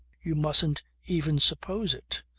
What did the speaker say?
you mustn't even suppose it.